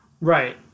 Right